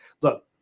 look